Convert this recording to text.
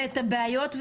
ואת הבעיות,